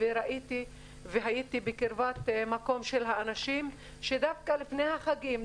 והייתי בקרבתם של אנשים שדווקא לפני חגים,